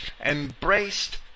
embraced